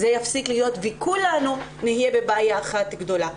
ואז זה יפסיק וכולנו נהיה בבעיה אחת גדולה.